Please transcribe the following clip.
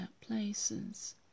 places